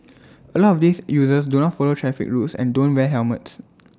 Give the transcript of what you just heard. A lot of these users do not follow traffic rules and don't wear helmets